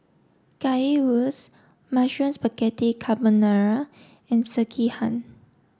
Currywurst Mushroom Spaghetti Carbonara and Sekihan